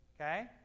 Okay